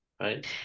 right